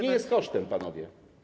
Nie jest kosztem, panowie.